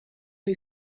who